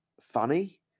funny